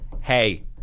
Hey